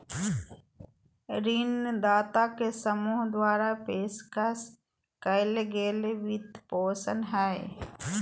ऋणदाता के समूह द्वारा पेशकश कइल गेल वित्तपोषण हइ